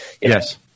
Yes